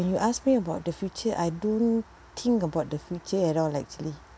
when you ask me about the future I don't think about the future at all actually